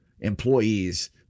employees